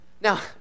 Now